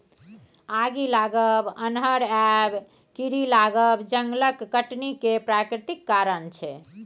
आगि लागब, अन्हर आएब, कीरी लागब जंगलक कटनी केर प्राकृतिक कारण छै